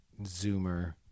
zoomer